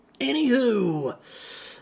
Anywho